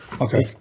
Okay